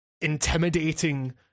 intimidating